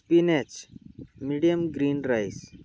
spinach medium green rice